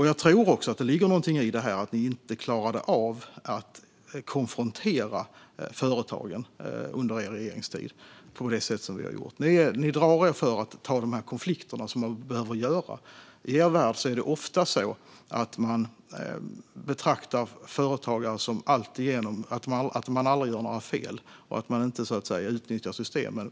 Jag tror att det ligger något i det att ni inte klarade av att konfrontera företagen under er regeringstid på det sätt som vi har gjort. Ni drar er för att ta de konflikter som man behöver ta. I er värld betraktar man ofta företagare som alltigenom ofelbara och att de aldrig gör några fel eller utnyttjar systemen.